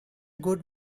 good